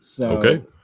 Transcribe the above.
okay